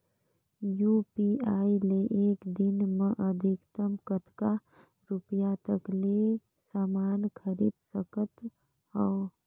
UPI ले एक दिन म अधिकतम कतका रुपिया तक ले समान खरीद सकत हवं?